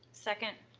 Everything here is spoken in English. second.